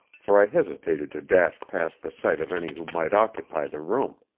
for i hesitated to dash past the sight of any who might occupy the room.